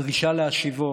הדרישה להשיבו